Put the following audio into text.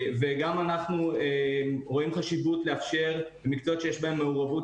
גם אנחנו רואים חשיבות לאפשר למקצועות בהם יש מעורבות